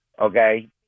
Okay